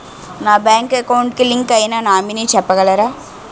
నా bank account కి link అయినా నామినీ చెప్పగలరా?